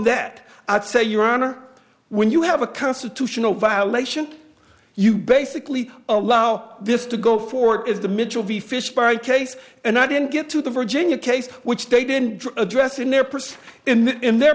that i'd say your honor when you have a constitutional violation you basically allow this to go for is the mitchell v fish by case and i didn't get to the virginia case which they didn't address in their person and their